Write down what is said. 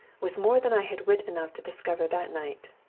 was more than i had wit enough to discover that night.